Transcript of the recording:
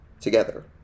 together